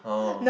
oh